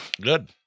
Good